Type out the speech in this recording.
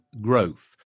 growth